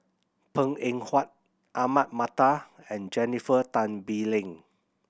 Png Eng Huat Ahmad Mattar and Jennifer Tan Bee Leng